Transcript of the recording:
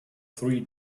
three